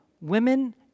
Women